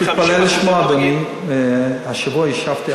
קיבלתי תלונה